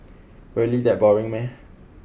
really that boring meh